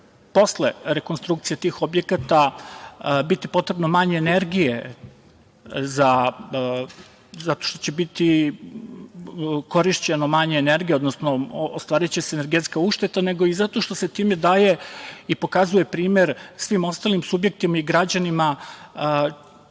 posle rekonstrukcije tih objekata biti potrebno manje energije zato što će biti korišćeno manje energije, odnosno ostvariće se energetska ušteda, nego i zato što se time daje i pokazuje primer svim ostalim subjektima i građanima